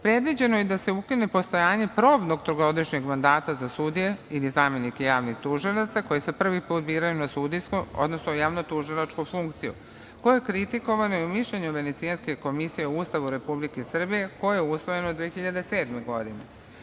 Predviđeno je da se ukine postojanje probnog trogodišnjeg mandata za sudije ili zamenike javnih tužilaca koji se prvi put biraju na sudijsku, odnosno javno tužilačku funkciju koje je kritikovano i u mišljenju Venecijanske komisije o Ustavu Republike Srbije koje je usvojeno u 2007. godini.